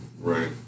Right